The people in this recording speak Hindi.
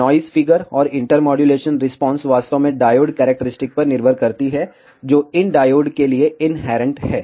नाइस फिगर और इंटरमॉड्यूलेशन रिस्पांस वास्तव में डायोड कैरेक्टरस्टिक पर निर्भर करती है जो इन डायोड के लिए इन्हेरेंट हैं